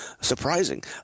Surprising